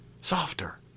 softer